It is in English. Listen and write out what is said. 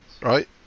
right